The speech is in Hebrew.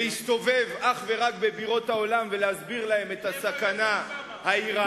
הזה בלהסתובב אך ורק בבירות העולם ולהסביר להם את הסכנה האירנית,